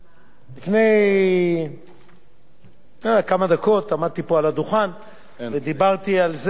לפני כמה דקות עמדתי פה על הדוכן ודיברתי על זה,